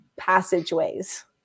passageways